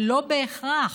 ולא בהכרח.